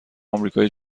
آمریکای